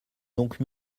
donc